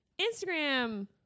Instagram